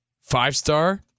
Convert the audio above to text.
five-star